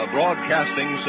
Broadcasting